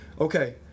okay